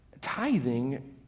Tithing